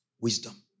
Wisdom